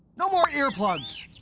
no more earplugs.